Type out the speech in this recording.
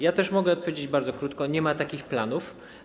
Ja też mogę odpowiedzieć bardzo krótko: nie ma takich planów.